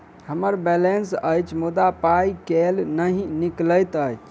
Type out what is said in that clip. हम्मर बैलेंस अछि मुदा पाई केल नहि निकलैत अछि?